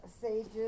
sages